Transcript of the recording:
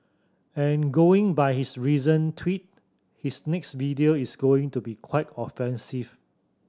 and going by his recent tweet his next video is going to be quite offensive